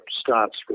starts